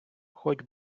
хоть